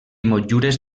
motllures